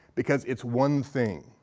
because it's one thing,